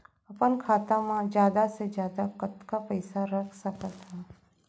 अपन खाता मा जादा से जादा कतका पइसा रख सकत हव?